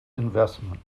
investment